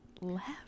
left